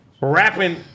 rapping